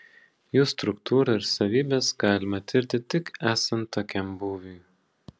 jų struktūrą ir savybes galima tirti tik esant tokiam būviui